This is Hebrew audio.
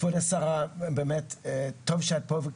כבוד השרה, באמת טוב שאת פה.